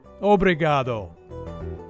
Obrigado